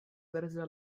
verze